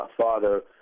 father